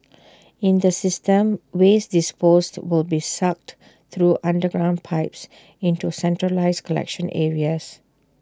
in the system waste disposed will be sucked through underground pipes into centralised collection areas